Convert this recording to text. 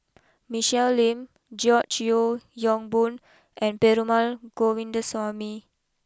Michelle Lim George Yeo Yong Boon and Perumal Govindaswamy